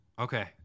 okay